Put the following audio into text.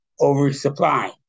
oversupply